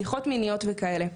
בדיחות מיניות וכאלה.